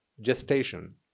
gestation